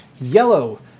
Yellow